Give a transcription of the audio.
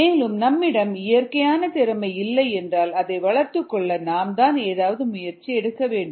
மேலும் நம்மிடம் இயற்கையான திறமை இல்லை என்றால் அதை வளர்த்துக்கொள்ள நாம்தான் ஏதாவது முயற்சி எடுக்க வேண்டும்